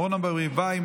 אורנה ברביבאי,